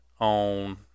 on